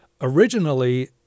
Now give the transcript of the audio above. Originally